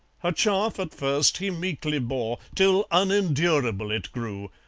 her chaff at first he meekly bore, till unendurable it grew.